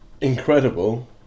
incredible